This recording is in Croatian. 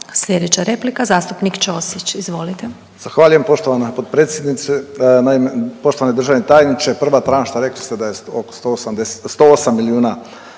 Sljedeća replika, zastupnik Ćosić, izvolite. **Ćosić, Pero (HDZ)** Zahvaljujem poštovana potpredsjednice, naime, poštovani državni tajniče, prva tranša, rekli ste da je oko 180, 108 milijuna